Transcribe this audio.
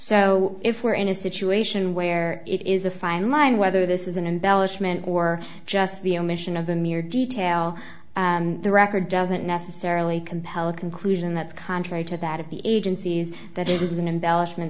so if we're in a situation where it is a fine line whether this is an embellishment or just the omission of the mere detail and the record doesn't necessarily compel a conclusion that's contrary to that of the agencies that is an embellishment